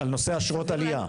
על נושא אשרות העלייה.